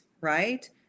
right